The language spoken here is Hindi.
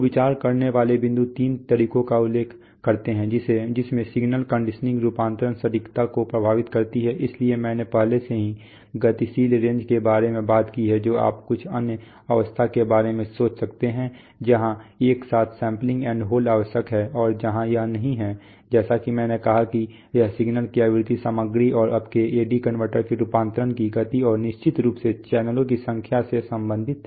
तो विचार करने वाले बिंदु तीन तरीकों का उल्लेख करते हैं जिसमें सिग्नल कंडीशनिंग रूपांतरण सटीकता को प्रभावित करती है इसलिए मैंने पहले से ही गतिशील रेंज के बारे में बात की है जो आप कुछ अन्य अवस्था के बारे में सोच सकते हैं जहां एक साथ सैंपलिंग एंड होल्ड आवश्यक है और जहां यह नहीं है जैसा कि मैंने कहा कि यह सिग्नल की आवृत्ति सामग्री और आपके AD कनवर्टर के रूपांतरण की गति और निश्चित रूप से चैनलों की संख्या से संबंधित है